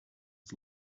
was